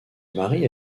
marie